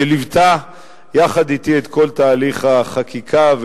ליוותה יחד אתי את כל תהליך החקיקה,